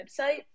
website